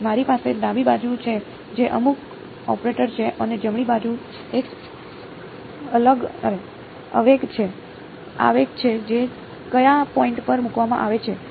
મારી પાસે ડાબી બાજુ છે જે અમુક ઓપરેટર છે અને જમણી બાજુ એક આવેગ છે જે કયા પોઈન્ટ પર મૂકવામાં આવે છે